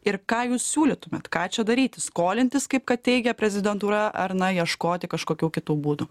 ir ką jūs siūlytumėt ką čia daryti skolintis kaip kad teigia prezidentūra ar na ieškoti kažkokių kitų būdų